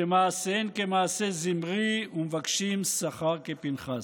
שמעשיהן כמעשה זמרי ומבקשין שכר כפינחס".